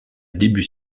début